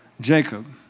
Jacob